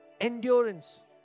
endurance